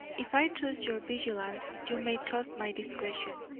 if i trust your vigilance you may trust my discretion.